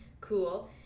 cool